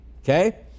Okay